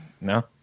No